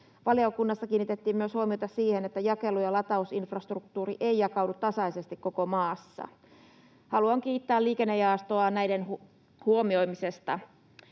Valiokunnassa kiinnitettiin myös huomiota siihen, että jakelu- ja latausinfrastruktuuri ei jakaudu tasaisesti koko maassa. Haluan kiittää liikennejaostoa näiden huomioimisesta,